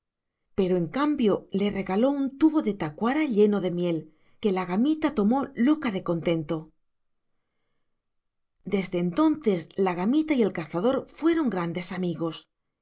pero en cambio le regaló un tubo de tacuara lleno de miel que la gamita tomó loca de contento desde entonces la gamita y el cazador fueron grandes amigos